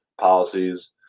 policies